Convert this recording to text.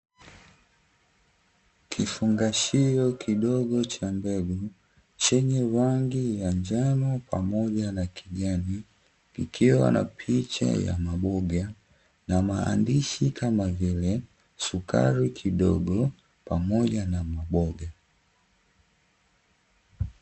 Kifungashio kidogo cha mbegu, chenye rangi ya njano pamoja na kijani, kikiwa na picha ya maboga, na maandishi kama vile sukari kidogo pamoja na maboga.